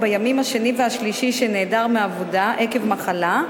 בימים השני והשלישי שנעדר מעבודה עקב מחלה,